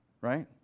right